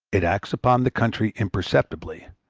it acts upon the country imperceptibly,